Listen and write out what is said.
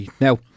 Now